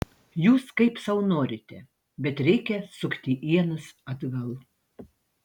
jūs kaip sau norite bet reikia sukti ienas atgal